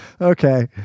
Okay